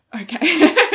Okay